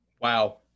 Wow